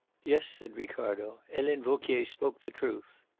yes, said ricardo. helene vauquier spoke the truth.